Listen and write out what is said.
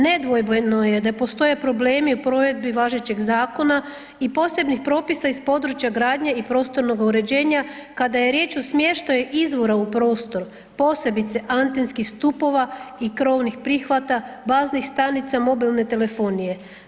Nedvojbeno je da postoje problemi u provedbi važećeg zakona i posebnih propisa iz područja gradnje i prostornoga uređenja, kada je riječ o smještaju izvora u prostor, posebice antenskih stupova i krovnih prihvata, baznih stanica mobilne telefonije.